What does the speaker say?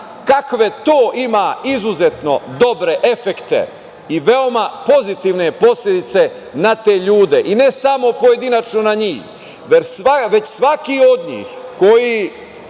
kakve to ima izuzetno dobre efekte i veoma pozitivne posledice na te ljude i ne samo pojedinačno na njih, već svaki od njih koji